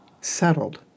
settled